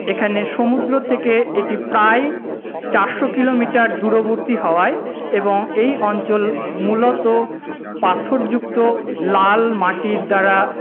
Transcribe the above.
এখানে সমুদ্র থেকে এটি প্রায় চারশো কিলোমিটার দূরবর্তী হওয়ায় এবং এই অঞ্চল মূলত পাথরযুক্ত লাল মাটির দ্বারা